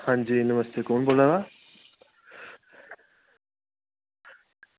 हां जी नमस्ते कु'न बोल्ला दा